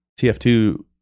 TF2